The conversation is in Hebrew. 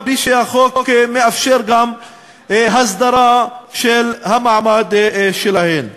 בלי שהחוק מאפשר גם הסדרה של המעמד שלהן.